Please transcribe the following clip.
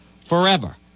forever